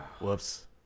Whoops